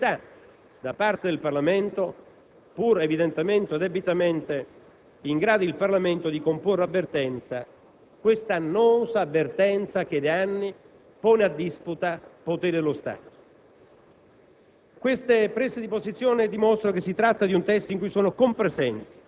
possa essere rimesso in maniera tale da consentire la serenità da parte del Parlamento, pur essendo evidentemente il Parlamento in grado di comporre debitamente questa annosa vertenza che da anni pone a disputa poteri dello Stato.